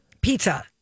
Pizza